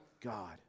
God